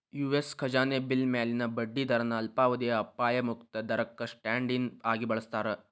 US ಖಜಾನೆ bill ಮ್ಯಾಲಿನ ಬಡ್ಡಿ ದರನ ಅಲ್ಪಾವಧಿಯ ಅಪಾಯ ಮುಕ್ತ ದರಕ್ಕ ಸ್ಟ್ಯಾಂಡ್ ಇನ್ ಆಗಿ ಬಳಸ್ತಾರ